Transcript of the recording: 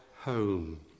home